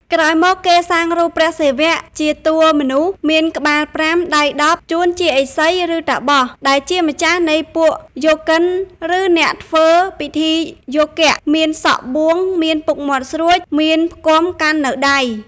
ក្រោយមក គេសាងរូបព្រះសិវៈ ជាតួមនុស្សមានក្បាល៥ ដៃ១០ ជួនជាឥសី ឬតាបស ដែលជាម្ចាស់នៃពួកយោគិន ឬអ្នកធ្វើពិធីយោគៈ មានសក់បួង មានពុកមាត់ស្រួច មានផ្គាំកាន់នៅដៃ។